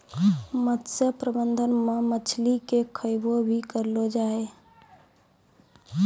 मत्स्य प्रबंधन मे मछली के खैबो भी करलो जाय